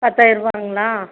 பத்தாயிருவாங்ளா